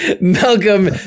Malcolm